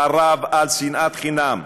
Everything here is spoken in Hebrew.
חרב על שנאת חינם,